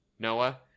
Noah